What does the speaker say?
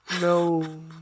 No